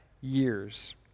years